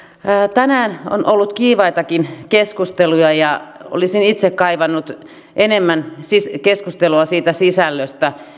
tänään on ollut kiivaitakin keskusteluja ja olisin itse kaivannut enemmän keskustelua siitä sisällöstä